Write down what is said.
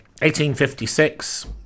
1856